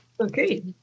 Okay